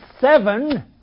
seven